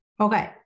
Okay